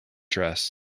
dress